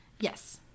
Yes